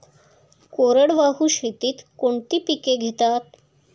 कोरडवाहू शेतीत कोणती पिके घेतात?